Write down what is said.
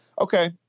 okay